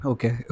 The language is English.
Okay